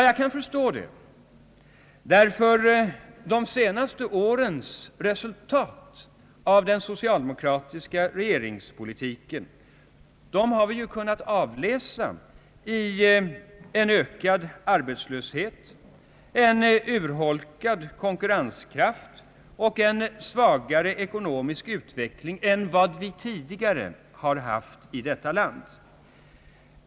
Jag kan förstå uttalandet, ty de senaste årens resultat av den socialdemokratiska regeringspolitiken har vi kunnat avläsa i en ökad arbetslöshet, en urholkad konkurrenskraft och en svagare ekonomisk utveckling än vad vi tidigare har haft i vårt land.